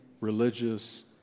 religious